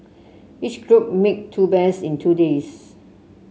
each group made two bears in two days